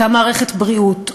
אותה מערכת בריאות,